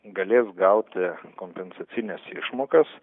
galės gauti kompensacines išmokas